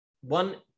one